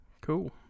Cool